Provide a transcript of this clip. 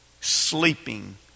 sleeping